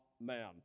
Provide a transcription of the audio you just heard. man